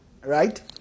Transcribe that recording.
right